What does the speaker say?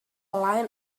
line